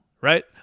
right